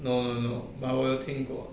no no no but 我有听过